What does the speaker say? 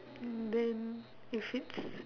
then it's